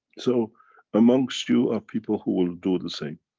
so amongst you, are people who will do the same.